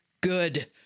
good